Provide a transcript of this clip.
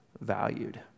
valued